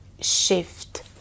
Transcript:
shift